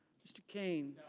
mr. kane.